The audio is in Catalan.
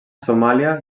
somàlia